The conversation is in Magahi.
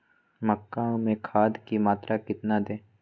मक्का में खाद की मात्रा कितना दे?